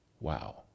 Wow